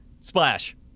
Splash